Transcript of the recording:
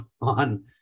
on